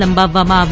લંબાવવામાં આવી